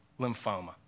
lymphoma